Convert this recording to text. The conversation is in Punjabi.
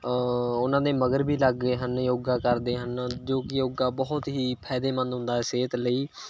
ਉਹਨਾਂ ਦੇ ਮਗਰ ਵੀ ਲੱਗ ਗਏ ਹਨ ਯੋਗਾ ਕਰਦੇ ਹਨ ਜੋ ਕਿ ਯੋਗਾ ਬਹੁਤ ਹੀ ਫਾਇਦੇਮੰਦ ਹੁੰਦਾ ਹੈ ਸਿਹਤ ਲਈ